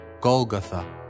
Golgotha